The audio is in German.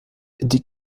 die